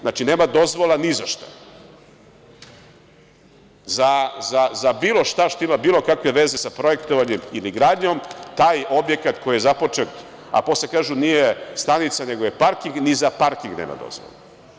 Znači, nema dozvola ni za šta, za bilo šta što ima bilo kakve veze sa projektovanjem ili gradnjom, taj objekat koji je započet, a posle kažu nije stanica, nego parking, ni za parking nema dozvola.